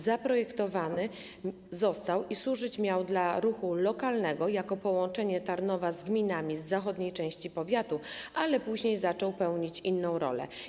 Zaprojektowany został i służyć miał dla ruchu lokalnego jako połączenie Tarnowa z gminami z zachodniej części powiatu, ale później zaczął pełnić inną rolę.